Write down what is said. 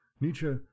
Nietzsche